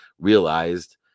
realized